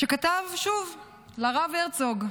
שכתב שוב לרב הרצוג,